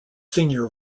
senior